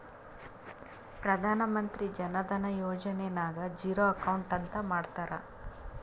ಪ್ರಧಾನ್ ಮಂತ್ರಿ ಜನ ಧನ ಯೋಜನೆ ನಾಗ್ zero account ಅಂತ ಮಾಡ್ತಾರ